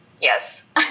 yes